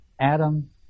Adam